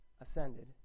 ascended